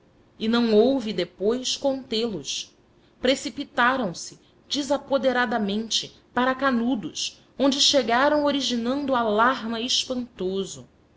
e não houve depois contê los precipitaram-se desapoderadamente para canudos onde chegaram originando alarma espantoso